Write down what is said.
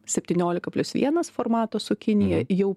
septyniolika plius vieno formato su kinija jau